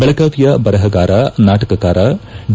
ಬೆಳಗಾವಿಯ ಬರಪಗಾರ ನಾಟಕಕಾರ ಡಿ